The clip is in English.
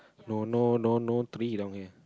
no no no no three down here